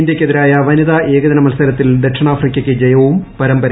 ഇന്ത്യക്കെതിരായ വനിത്യാ ്ഏകദിന മത്സരത്തിൽ ദക്ഷിണാഫ്രിക്കയ്ക്ക് ജ്യ്വും പരമ്പരയും